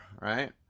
right